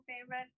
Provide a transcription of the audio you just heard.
favorite